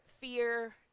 fear